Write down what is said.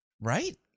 Right